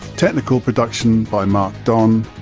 technical production by mark don,